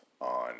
on